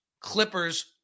Clippers